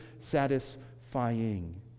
satisfying